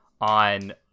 on